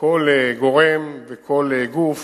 כל גורם וכל גוף